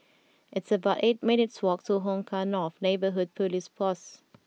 it's about eight minutes' walk to Hong Kah North Neighbourhood Police Post